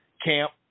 Camp